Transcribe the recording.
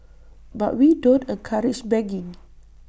but we don't encourage begging